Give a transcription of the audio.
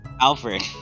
Alfred